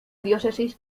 diócesis